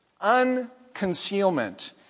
Unconcealment